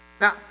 Now